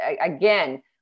again